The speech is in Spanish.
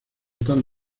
tal